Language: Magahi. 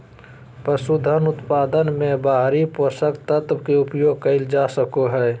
पसूधन उत्पादन मे बाहरी पोषक तत्व के उपयोग कइल जा सको हइ